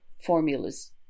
formulas